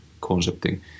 concepting